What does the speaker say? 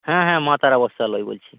হ্যাঁ হ্যাঁ মা তারা বস্ত্রালয় বলছি